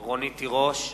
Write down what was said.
רונית תירוש,